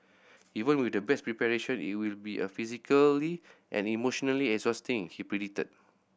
even with the best preparation it will be a physically and emotionally exhausting he predicted